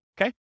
Okay